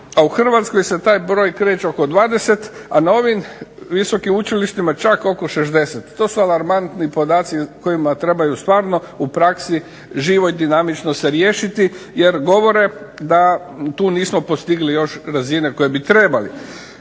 a u Hrvatskoj se taj broj kreće oko 20, a na ovim visokim učilištima čak oko 60. To su alarmantni podaci kojima trebaju stvarno u praksi živo i dinamično se riješiti, jer govore da tu nismo postigli još razine koje bi trebali.